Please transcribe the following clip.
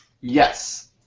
Yes